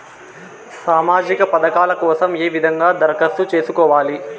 సామాజిక పథకాల కోసం ఏ విధంగా దరఖాస్తు సేసుకోవాలి